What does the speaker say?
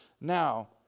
now